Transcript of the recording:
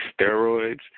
steroids